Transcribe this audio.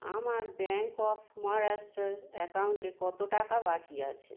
আমার bank of Maharashtra অ্যাকাউন্টে কত টাকা বাকি আছে